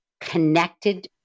connected